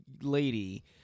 lady